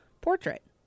portrait